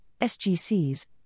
SGCs